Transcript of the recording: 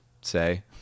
say